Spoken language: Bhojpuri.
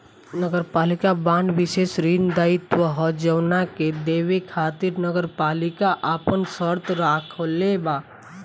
नगरपालिका बांड विशेष ऋण दायित्व ह जवना के देवे खातिर नगरपालिका आपन शर्त राखले बा